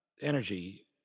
energy